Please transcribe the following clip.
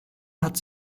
hat